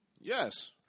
Yes